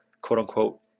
quote-unquote